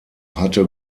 hatte